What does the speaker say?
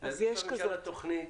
להביא לממשלה תוכנית